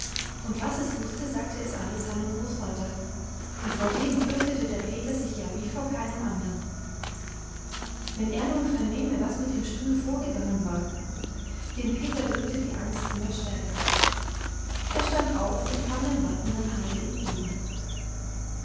und was es wußte sagte es alles seinem großvater und vor dem fürchtete der peter sich ja wie vor keinem andern wenn er nun vernähme was mit dem stuhl vorgegangen war den peter würgte die angst immer ärger er stand auf und kam dem wartenden heidi entgegen